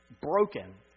broken